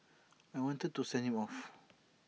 I wanted to send him off